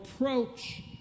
approach